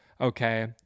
Okay